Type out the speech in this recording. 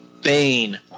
Bane